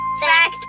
Fact